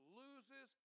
loses